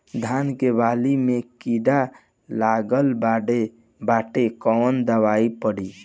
धान के बाली में कीड़ा लगल बाड़े कवन दवाई पड़ी?